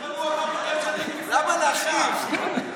למה להכאיב?